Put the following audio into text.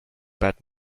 bad